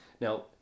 Now